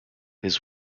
his